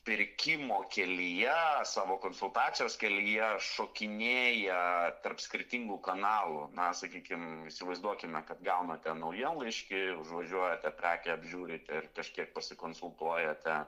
pirkimo kelyje savo konsultacijos kelyje šokinėja tarp skirtingų kanalų na sakykim įsivaizduokime kad gaunate naujienlaiškį užvažiuojate prekę apžiūrite ir kažkiek pasikonsultuojate